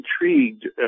intrigued